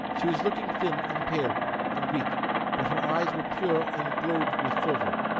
she was looking thin and pale and weak but her eyes were pure and glowed with fervour.